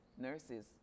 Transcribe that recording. nurses